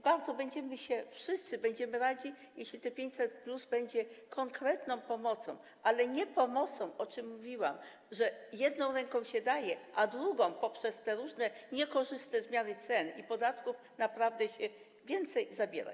Bardzo wszyscy będziemy radzi, jeśli te 500+ będzie konkretną pomocą, ale nie pomocą, o czym mówiłam, że jedną ręką się daje, a drugą poprzez te różne niekorzystne zmiany cen i podatków naprawdę więcej zabiera.